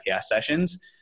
sessions